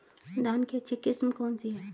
धान की अच्छी किस्म कौन सी है?